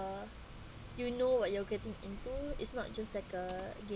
you know what you are getting into it's not just like a game